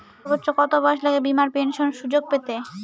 সর্বোচ্চ কত বয়স লাগে বীমার পেনশন সুযোগ পেতে?